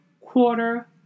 quarter